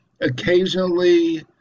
Occasionally